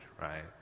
right